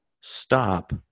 stop